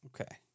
Okay